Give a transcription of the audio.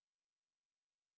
oh okay